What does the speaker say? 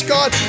God